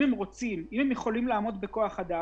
אם הם יכולים לעמוד בכוח אדם,